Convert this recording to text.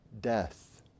death